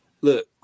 Look